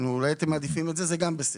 אולי אתם מעדיפים את זה, וגם זה בסדר.